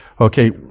Okay